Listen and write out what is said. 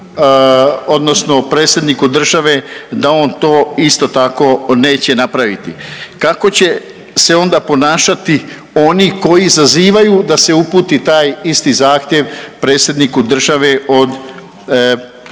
odnosno predsjedniku države da on to isto tako neće napraviti. Kako će se onda ponašati oni koji zazivaju da se uputi traj isti zahtjev Predsjedniku države od strane